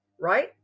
right